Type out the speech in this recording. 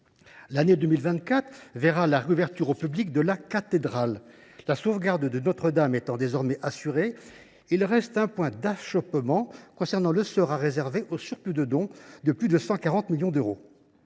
L’année 2024 verra la réouverture au public de la cathédrale. La sauvegarde de Notre Dame de Paris est désormais assurée, mais il reste un point d’achoppement : le sort à réserver au surplus de dons, qui dépasse 140 millions d’euros.